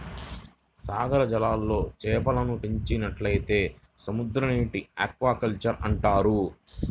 సాగర జలాల్లో చేపలను పెంచినట్లయితే సముద్రనీటి ఆక్వాకల్చర్ అంటారు